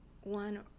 one